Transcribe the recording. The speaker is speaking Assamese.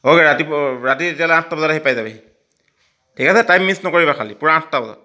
অ'কে ৰাতিপুৱা ৰাতি তেতিয়াহ'লে আঠটা বজাত আহি পাই যাবাহি ঠিক আছে টাইম মিছ নকৰিবা খালি পূৰা আঠটা বজাত